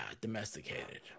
domesticated